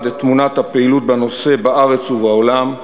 את תמונת הפעילות בנושא בארץ ובעולם,